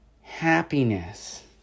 happiness